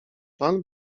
pan